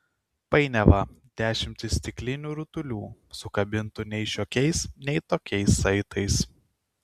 painiava dešimtys stiklinių rutulių sukabintų nei šiokiais nei tokiais saitais